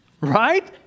Right